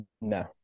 No